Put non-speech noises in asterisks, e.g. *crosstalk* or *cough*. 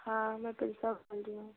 हाँ मैं *unintelligible* बोल रही हूँ